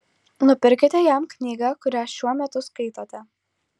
nupirkite jam knygą kurią šiuo metu skaitote